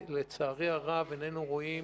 לצערי הרב איננו רואים